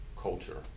culture